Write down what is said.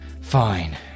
Fine